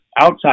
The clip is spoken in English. outside